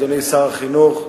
אדוני שר החינוך,